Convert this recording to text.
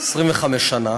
25 שנה.